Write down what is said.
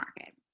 market